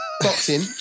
boxing